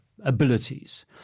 abilities